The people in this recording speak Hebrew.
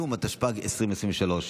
התשפ"ג 2023,